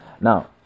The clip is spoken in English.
Now